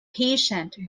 patient